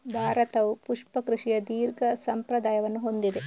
ಭಾರತವು ಪುಷ್ಪ ಕೃಷಿಯ ದೀರ್ಘ ಸಂಪ್ರದಾಯವನ್ನು ಹೊಂದಿದೆ